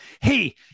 hey